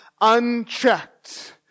unchecked